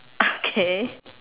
okay